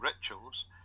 rituals